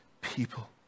people